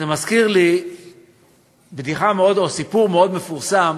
זה מזכיר לי סיפור מאוד מפורסם